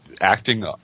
acting